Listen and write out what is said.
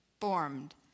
formed